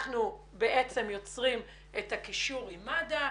אנחנו בעצם יוצרים את הקישור עם מד"א,